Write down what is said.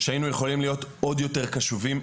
שהיינו יכולים להיות עוד יותר קשובים,